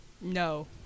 No